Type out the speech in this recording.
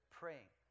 praying